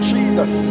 Jesus